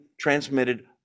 transmitted